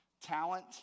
talent